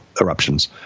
eruptions